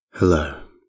Hello